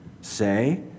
say